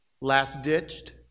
last-ditched